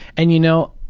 and you know,